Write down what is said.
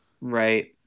Right